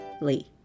Lee